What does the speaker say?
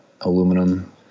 aluminum